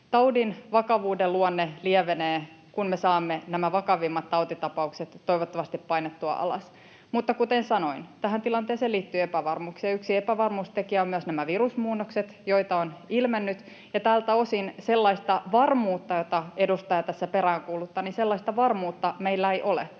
taudin vakavuuden luonne lievenee, kun me saamme nämä vakavimmat tautitapaukset toivottavasti painettua alas. Mutta kuten sanoin, tähän tilanteeseen liittyy epävarmuuksia, ja yksi epävarmuustekijä on myös nämä virusmuunnokset, joita on ilmennyt. Ja tältä osin sellaista varmuutta, jota edustaja tässä peräänkuuluttaa, meillä ei ole.